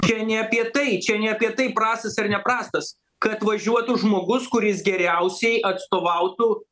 čia ne apie tai čia ne apie tai prastas ar neprastas kad važiuotų žmogus kuris geriausiai atstovautų